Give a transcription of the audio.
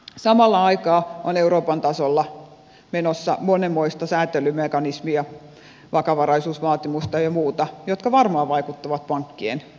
samaan aikaan on euroopan tasolla menossa monenmoista säätelymekanismia vakavaraisuusvaatimusta ja muuta jotka varmaan vaikuttavat pankkien tuottavuuteen